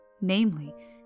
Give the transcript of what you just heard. namely